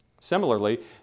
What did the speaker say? Similarly